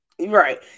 Right